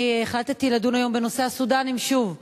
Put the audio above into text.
החלטתי לדון היום בנושא הסודנים שוב.